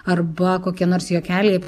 arba kokie nors juokeliai